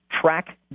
track